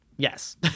Yes